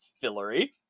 fillery